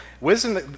wisdom